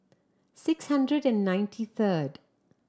six hundred and ninety third